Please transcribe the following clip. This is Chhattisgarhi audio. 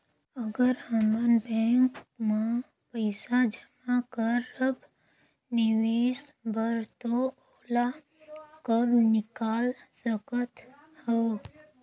अगर हमन बैंक म पइसा जमा करब निवेश बर तो ओला कब निकाल सकत हो?